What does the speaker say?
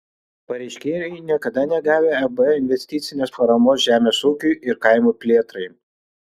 pareiškėjai niekada negavę eb investicinės paramos žemės ūkiui ir kaimo plėtrai